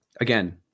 again